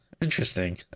Interesting